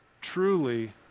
truly